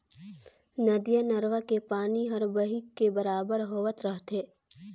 नदिया नरूवा के पानी हर बही के बरबाद होवत रथे